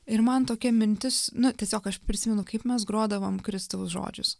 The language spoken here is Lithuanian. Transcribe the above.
ir man tokia mintis nu tiesiog aš prisimenu kaip mes grodavom kristaus žodžius